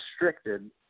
restricted